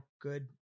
good